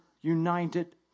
united